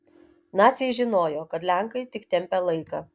naciai žinojo kad lenkai tik tempia laiką